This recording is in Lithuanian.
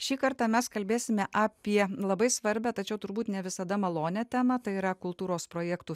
šį kartą mes kalbėsime apie labai svarbią tačiau turbūt ne visada malonią temą tai yra kultūros projektų